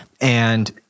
and-